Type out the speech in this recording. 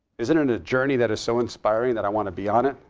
isn't it a journey that is so inspiring that i want to be on it?